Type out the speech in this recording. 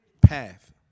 path